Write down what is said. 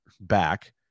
back